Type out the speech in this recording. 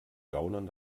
gaunern